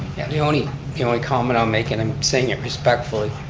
and the only the only comment i'll make, and i'm saying it respectfully,